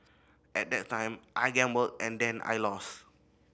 at that time I gambled and then I lost